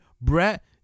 Brett